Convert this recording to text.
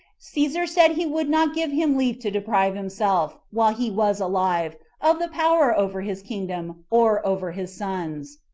caesar said he would not give him leave to deprive himself, while he was alive, of the power over his kingdom, or over his sons.